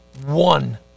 One